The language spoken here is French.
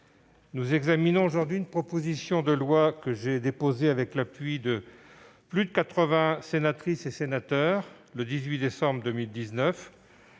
nous examinons aujourd'hui une proposition de loi que j'ai déposée, avec l'appui de plus de 80 sénatrices et sénateurs, le 18 décembre 2019.